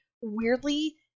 weirdly